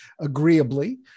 agreeably